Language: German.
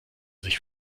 sich